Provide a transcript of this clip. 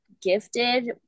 gifted